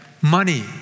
money